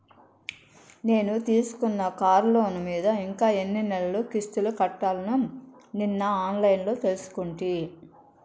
నేను తీసుకున్న కార్లోను మీద ఇంకా ఎన్ని నెలలు కిస్తులు కట్టాల్నో నిన్న ఆన్లైన్లో తెలుసుకుంటి